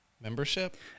membership